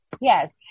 Yes